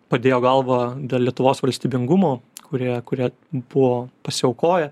padėjo galvą dėl lietuvos valstybingumo kurie kurie buvo pasiaukoję